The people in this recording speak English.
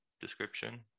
description